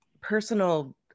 personal